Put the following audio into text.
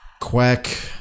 quack